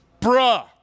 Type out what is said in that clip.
Bruh